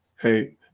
hey